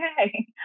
okay